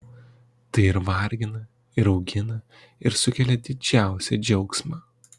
tai ir vargina ir augina ir sukelia didžiausią džiaugsmą